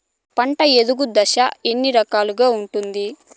పంట ఎదుగు దశలు ఎన్ని రకాలుగా ఉంటుంది?